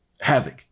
Havoc